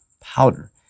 powder